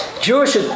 Jewish